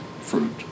fruit